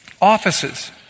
Offices